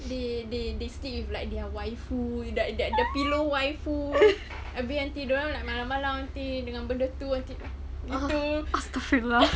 they they they sleep with like their waifu who that that the pillow waifu habis until dia orang like malam-malam dengan benda tu until like begitu